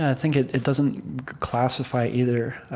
ah think it it doesn't classify, either.